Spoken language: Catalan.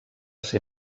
ser